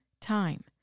time